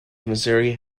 missouri